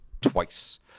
twice